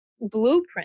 blueprint